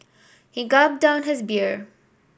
he gulped down his beer